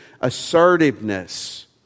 assertiveness